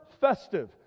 festive